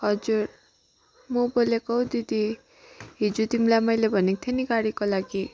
हजुर म बोलेको हो दिदी हिजो तिमीलाई मैले भनेको थिएँ नि गाडीको लागि